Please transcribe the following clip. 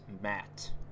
Matt